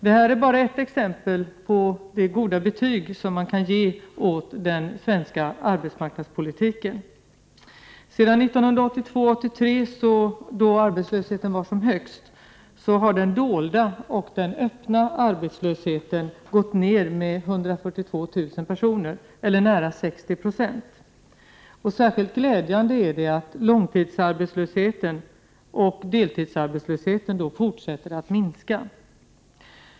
Det här är bara ett exempel på det goda betyg man kan ge åt den svenska arbetsmarknadspolitiken. Sedan 1982/83, då arbetslösheten var som högst, har den dolda och den öppna arbetslösheten gått ned med 142 000 personer eller nära 60 90. Särskilt glädjande är att långtidsarbetslösheten och deltidsarbetslösheten fortsätter att minska.